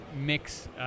mix